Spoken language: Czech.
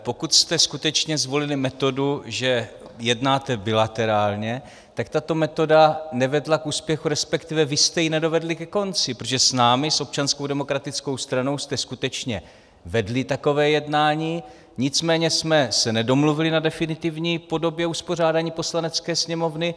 Pokud jste skutečně zvolili metodu, že jednáte bilaterálně, tak tato metoda nevedla k úspěchu, resp. vy jste ji nedovedli ke konci, protože s námi, s Občanskou demokratickou stranou, jste skutečně vedli takové jednání, nicméně jsme se nedomluvili na definitivní podobě uspořádání Poslanecké sněmovny.